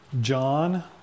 John